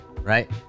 Right